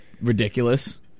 ridiculous